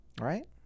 Right